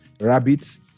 rabbits